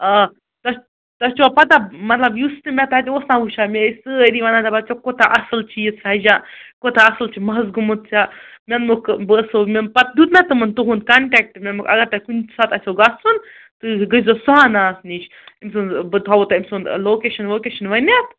آ تۄہہِ تۄہہِ چھُوا پَتاہ مطلب یُس تہِ مےٚ تَتہِ اوس نا وُچھان مےٚ ٲسۍ سٲری وَنان دَپان ژےٚ کوٗتاہ اَصٕل چھُے یہِ سَجان کوتاہ اَصٕل چھُ مَس گوٚمُت ژےٚ مےٚ ووٚنُکھ بہٕ ٲسۍسو مےٚ پَتہٕ دیُت مےٚ تِمَن تُہُنٛد کَنٹیکٹہٕ نمبر اگر تۄہہِ کُنہِ ساتہٕ آسوٕ گَژھُن تہٕ گٔژھۍ زیٚو سُہاناہَس نِش أمۍ سُنٛد بہٕ تھاوَو تۄہہِ أمۍ سُنٛد لوکیشَن ووکیشَن ؤنِتھ